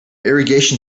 irrigation